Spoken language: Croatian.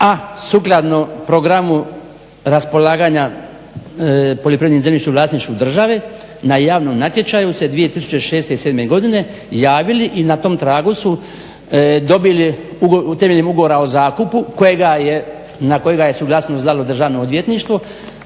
a sukladno programu raspolaganja poljoprivrednim zemljištem u vlasništvu države na javnom natječaju se 2006. i 2007. godine javili i na tom tragu su dobili temeljem ugovora o zakupu kojega je, na kojega je suglasnost dalo Državno odvjetništvo,